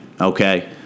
okay